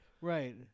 Right